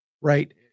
Right